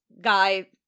guy